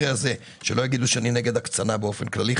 שלא יגידו שאני נגד הקצנה באופן כללי,